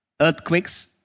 earthquakes